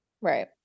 right